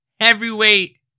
Heavyweight